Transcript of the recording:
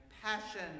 Passion